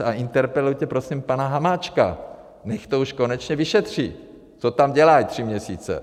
A interpelujte prosím pana Hamáčka, nech to už konečně vyšetří, co tam dělají tři měsíce.